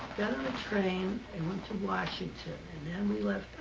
got on a train and went to washington. and then we left.